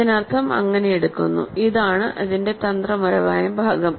അതിനർത്ഥം അങ്ങനെ എടുക്കുന്നു ഇതാണ് ഇതിന്റെ തന്ത്രപരമായ ഭാഗം